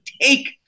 take